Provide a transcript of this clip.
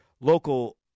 local